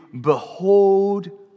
behold